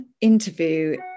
interview